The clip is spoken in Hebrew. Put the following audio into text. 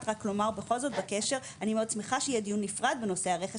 על מבצעי רכש,